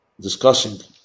discussing